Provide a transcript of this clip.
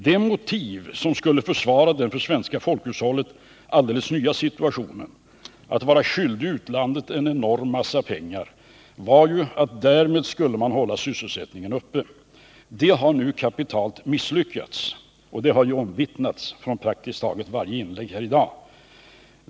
De motiv som skulle försvara den för det svenska folkhushållet alldeles nya situationen, att vara skyldig utlandet en enorm massa pengar, var ju att därmed skulle man hålla sysselsättningen uppe. Det har nu kapitalt misslyckats — det har omvittnats i praktiskt taget varje inlägg här i dag.